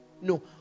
No